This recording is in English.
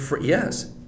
yes